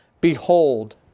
behold